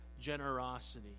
generosity